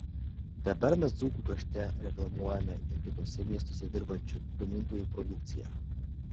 dabar mes dzūkų krašte reklamuojame ir kituose miestuose dirbančių gamintojų produkciją